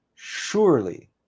Surely